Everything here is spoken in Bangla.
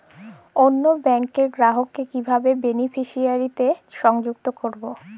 অন্য ব্যাংক র গ্রাহক কে কিভাবে বেনিফিসিয়ারি তে সংযুক্ত করবো?